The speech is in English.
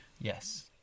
Yes